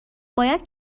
باید